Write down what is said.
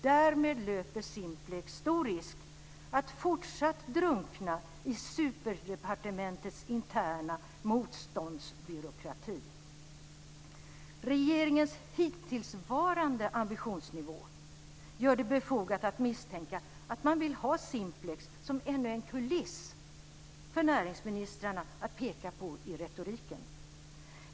Därmed löper Simplex stor risk att fortsätta drunkna i superdepartementets interna motståndsbyråkrati. Regeringens hittillsvarande ambitionsnivå gör det befogat att misstänka att man vill ha Simplex som ännu en kuliss för näringsministrarna att peka på i retoriken.